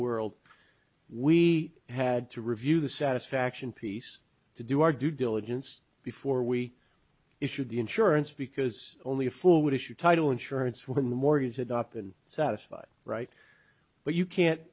world we had to review the satisfaction piece to do our due diligence before we issued the insurance because only a fool would issue title insurance when the mortgage had up and satisfied right but you can't